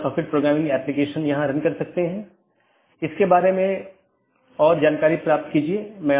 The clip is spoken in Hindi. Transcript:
अब हम टीसीपी आईपी मॉडल पर अन्य परतों को देखेंगे